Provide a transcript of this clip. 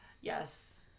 yes